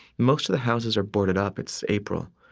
most of the houses are boarded up. it's april,